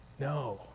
No